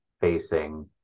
facing